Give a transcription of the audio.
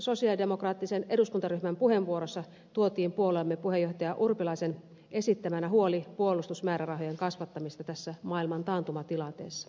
sosialidemokraattisen eduskuntaryhmän puheenvuorossa tuotiin puolueemme puheenjohtajan urpilaisen esittämänä huoli puolustusmäärärahojen kasvattamisesta tässä maailman taantumatilanteessa